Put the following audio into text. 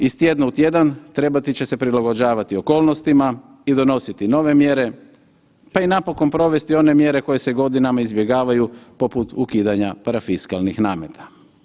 Iz tjedna u tjedan trebati će se prilagođavati okolnostima i donositi nove mjere pa i napokon provesti one mjere koje se godinama izbjegavaju poput ukidanja parafiskalnih nameta.